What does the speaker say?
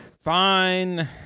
Fine